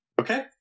Okay